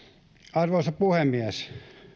arvoisa puhemies